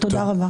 תודה רבה.